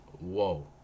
Whoa